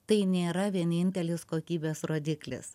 tai nėra vienintelis kokybės rodiklis